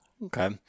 Okay